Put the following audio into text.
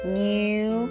new